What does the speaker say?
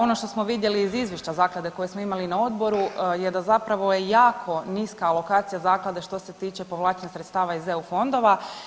Ono što smo vidjeli iz izvješća zaklade koje smo imali na odboru je da zapravo je jako niska alokacija zaklade što se tiče povlačenja sredstava iz eu fondova.